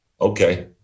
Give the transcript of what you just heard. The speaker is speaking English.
Okay